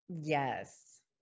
yes